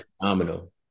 phenomenal